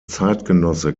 zeitgenosse